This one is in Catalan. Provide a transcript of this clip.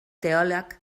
teòleg